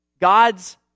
God's